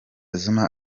zuma